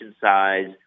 size